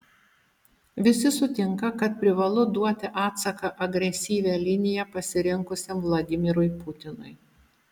visi sutinka kad privalu duoti atsaką agresyvią liniją pasirinkusiam vladimirui putinui